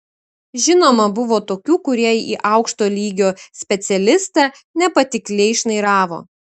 žinoma buvo tokių kurie į aukšto lygio specialistą nepatikliai šnairavo